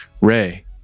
ray